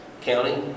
county